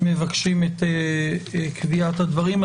מבקשים את קביעת הדברים.